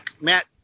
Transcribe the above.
Matt